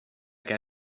què